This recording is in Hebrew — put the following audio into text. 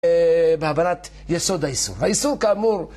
בהבנת יסוד האיסור. האיסור כאמור...